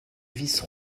vice